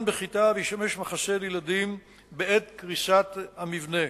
בכיתה וישמש מחסה לילדים בעת קריסת המבנה.